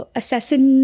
assassin